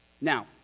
Now